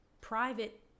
private